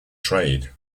trade